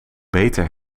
beter